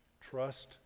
Trust